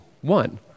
One